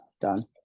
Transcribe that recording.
done